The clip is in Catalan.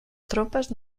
tropes